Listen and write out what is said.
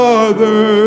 Father